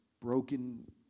broken